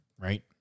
right